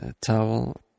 towel